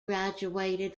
graduated